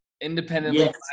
independently